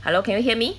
hello can you hear me